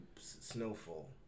Snowfall